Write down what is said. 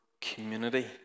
community